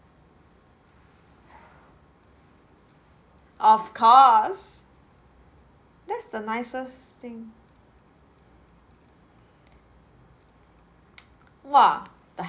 of course that's the nicest thing !wah! the